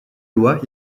loi